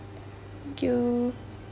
thank you